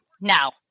now